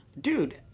Dude